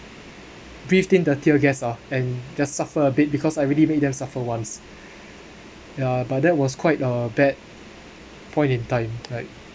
breathed in the tear gas ah and just suffer a bit because I really make them suffer once ya but that was quite uh bad point in time right